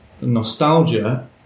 nostalgia